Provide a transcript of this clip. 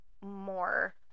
more